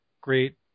great